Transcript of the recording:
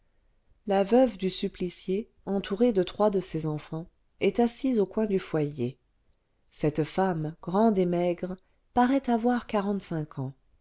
la veuve du supplicié entourée de trois de ses enfants est assise au coin du foyer cette femme grande et maigre paraît avoir quarante-cinq ans